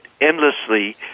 endlessly